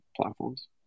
platforms